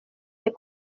des